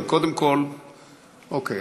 אוקיי.